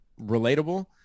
relatable